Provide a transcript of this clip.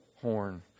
horn